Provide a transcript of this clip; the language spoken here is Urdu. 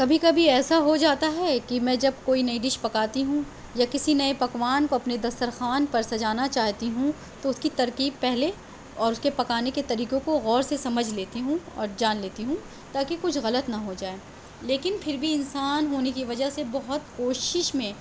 کبھی کبھی ایسا ہو جاتا ہے کہ میں جب کوئی نئی ڈش پکاتی ہوں یا کسی نئے پکوان کو اپنے دسترخوان پر سجانا چاہتی ہوں تو اس کی ترکیب پہلے اور اس کے پکانے کے طریقوں کو غور سے سمجھ لیتی ہوں اور جان لیتی ہوں تاکہ کچھ غلط نہ ہو جائے لیکن پھر بھی انسان ہونے کی وجہ سے بہت کوشش میں